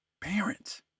Parents